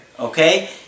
Okay